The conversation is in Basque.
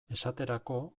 esaterako